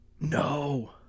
No